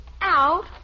out